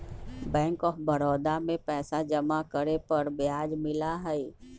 bank of Baroda में पैसा जमा करे पर ब्याज मिला हई